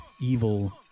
evil